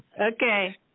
Okay